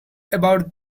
about